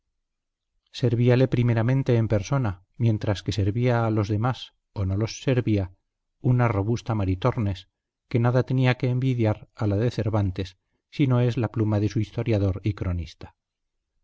posada servíale primeramente en persona mientras que servía a los demás o no los servía una robusta maritornes que nada tenía que envidiar a la de cervantes si no es la pluma de su historiador y cronista